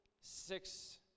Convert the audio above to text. six